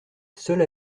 seule